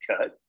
cut